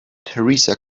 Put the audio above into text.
theresa